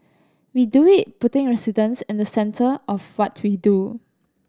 we do it putting residents in the centre of what we do